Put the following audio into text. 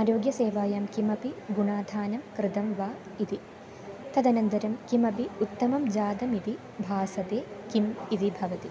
आरोग्यसेवायां किमपि गुणाधानं कृतं वा इति तदनन्तरं किमपि उत्तमं जातमिति भासते किम् इति भवति